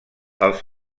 els